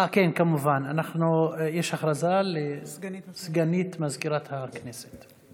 אה, כן, כמובן יש הודעה לסגנית מזכירת הכנסת.